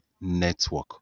network